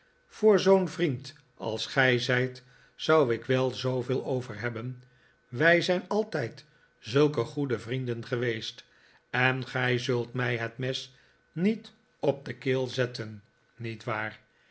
voor zoo'n vriend als gij zijt zou ik wel zooveel overhebben wij zijn altijd zulke goede vrienden geweest en gij zult mij het mes niet op de keel zetten niet waar